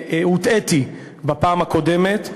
הוטעיתי בפעם הקודמת,